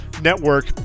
Network